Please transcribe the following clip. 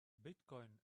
bitcoin